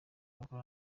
bakora